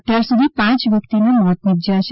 અત્યાર સુધી પાંચ વ્યક્તિઓના મોત નિપજ્યા છે